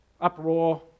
uproar